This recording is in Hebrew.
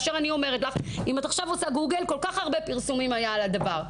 אם עכשיו את עושה גוגל כל כך הרבה פרסומים היה על הדבר הזה.